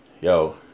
yo